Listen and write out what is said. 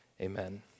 Amen